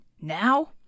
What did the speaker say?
now